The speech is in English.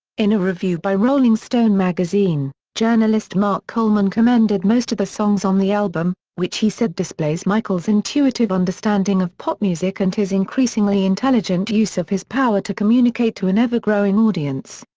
in a review by rolling stone magazine, journalist mark coleman commended most of the songs on the album, which he said displays michael's intuitive understanding of pop music and his increasingly intelligent use of his power to communicate to an ever-growing audience.